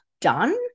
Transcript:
done